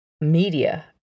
media